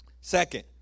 Second